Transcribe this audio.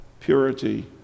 purity